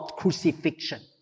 crucifixion